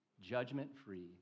judgment-free